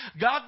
God